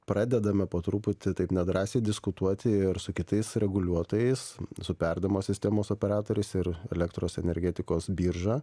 pradedame po truputį taip nedrąsiai diskutuoti ir su kitais reguliuotojais su perdavimo sistemos operatoriais ir elektros energetikos birža